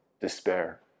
despair